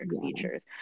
features